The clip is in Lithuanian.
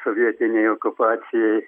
sovietinei okupacijai